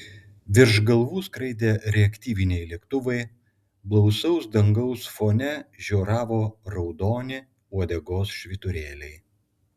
virš galvų skraidė reaktyviniai lėktuvai blausaus dangaus fone žioravo raudoni uodegos švyturėliai